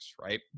right